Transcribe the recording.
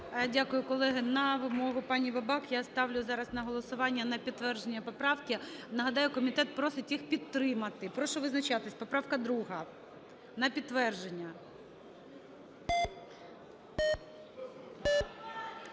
Дякую, колеги. На вимогу пані Бабак я ставлю зараз на голосування на підтвердження поправки. Нагадаю: комітет просить їх підтримати. Прошу визначатись. Поправка 2. На підтвердження.